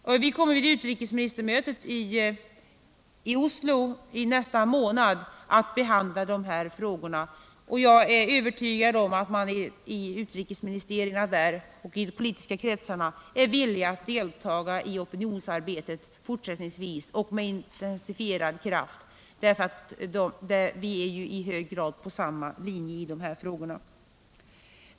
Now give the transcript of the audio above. Vi kommer vid utrikesministermötet i Oslo i nästa månad att behandla de här frågorna, och jag är övertygad om att man i resp. utrikesministerier och i de politiska kretsarna är villig att delta i opinionsarbetet fortsättningsvis och att göra det med intensifierad styrka, för vi är ju i hög grad på samma linje i de här frågorna.